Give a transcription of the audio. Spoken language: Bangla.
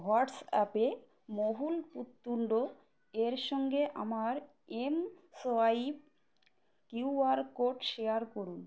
হোয়াটসঅ্যাপে মহুল পুততুন্ড এর সঙ্গে আমার mSwipe Q R code share করুন